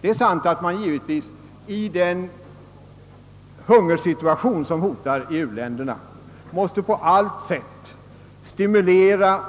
Det är sant att man i den hungersituation som hotar i u-länderna på allt sätt måste stimulera